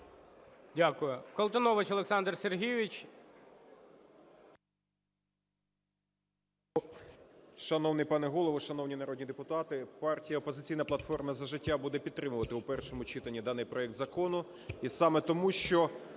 Дякую. Колтунович Олександр Сергійович.